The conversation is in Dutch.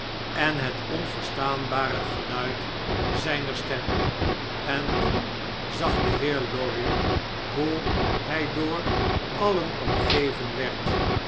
en het onverstaanbare geluid zjjner stem en toen zag de heer lorry hoe hjj door alien omgeven werd